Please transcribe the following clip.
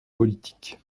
politique